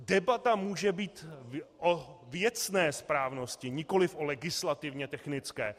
Debata může být o věcné správnosti, nikoliv o legislativně technické.